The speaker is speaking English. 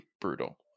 brutal